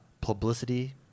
publicity